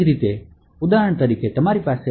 તે જ રીતે ઉદાહરણ તરીકે તમારી પાસે